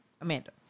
Amanda